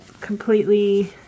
completely